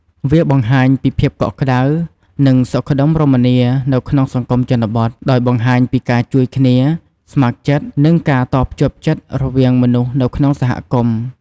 វាបង្ហាញពីភាពកក់ក្តៅ និងសុខដុមរមនានៅក្នុងសង្គមជនបទ ដោយបង្ហាញពីការជួយគ្នា ស្ម័គ្រចិត្ត និងនិងការតភ្ជាប់ចិត្តរវាងមនុស្សនៅក្នុងសហគមន៍។